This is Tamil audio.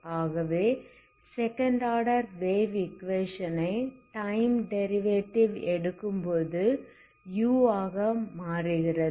ஆகவே செகண்ட் ஆர்டர் வேவ் ஈக்குவேஷன் ஐ டைம் டெரிவேடிவ் எடுக்கும்போது u ஆக இது மாறுகிறது